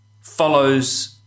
follows